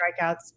strikeouts